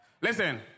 Listen